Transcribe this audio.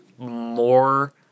More